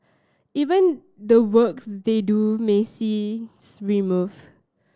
even the works they do may see removed